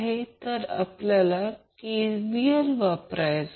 तर आपल्याला KVL वापरायचा आहे